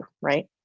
right